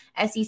sec